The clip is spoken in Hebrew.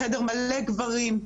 בחדר מלא גברים,